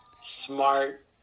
Smart